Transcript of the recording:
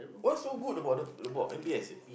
what's so good about the about m_b_s eh